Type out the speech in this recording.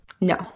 no